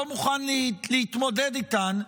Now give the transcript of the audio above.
לא מוכן להתמודד איתן,